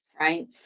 Right